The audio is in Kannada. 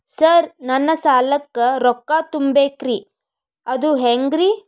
ಸರ್ ನನ್ನ ಸಾಲಕ್ಕ ರೊಕ್ಕ ತುಂಬೇಕ್ರಿ ಅದು ಹೆಂಗ್ರಿ?